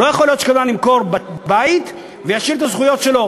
לא יכול להיות שקבלן ימכור בית וישאיר את הזכויות שלו.